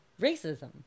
racism